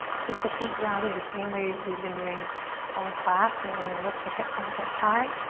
keep the feet grounded the same way we've been doing all class. and you're gonna lift the hip points up high.